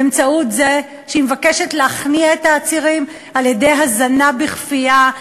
באמצעות זה שהיא מבקשת להכניע את העצירים על-ידי הזנה בכפייה.